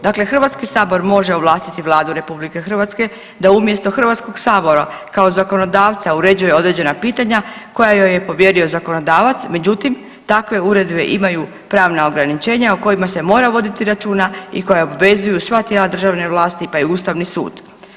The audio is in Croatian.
Dakle, HS može ovlastiti Vladu RH da umjesto HS-a kao zakonodavca uređuje određena pitanja koja joj je povjerio zakonodavac, međutim takve uredbe imaju pravna ograničenja o kojima se mora voditi računa i koja obvezuju sva tijela državne vlasti pa i Ustavni sud.